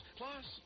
plus